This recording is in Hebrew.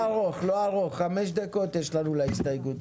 לא ארוך, חמש דקות יש לנו להסתייגות.